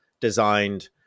designed